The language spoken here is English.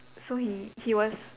so he he was